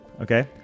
Okay